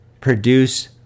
produce